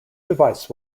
device